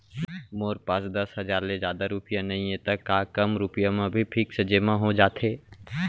मोर पास दस हजार ले जादा रुपिया नइहे त का कम रुपिया म भी फिक्स जेमा हो जाथे?